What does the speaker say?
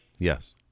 Yes